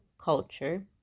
culture